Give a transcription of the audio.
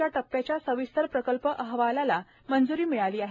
च्या टप्प्याच्या सविस्तर प्रकल्प अहवालाला मंजुरी मिळाली आहे